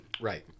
Right